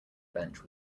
bench